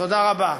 תודה רבה.